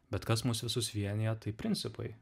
bet kas mus visus vienija tai principai